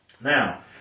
Now